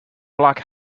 black